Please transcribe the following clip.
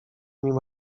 nim